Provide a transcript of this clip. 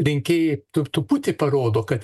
rinkėjai tu truputį parodo kad